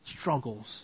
struggles